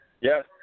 Yes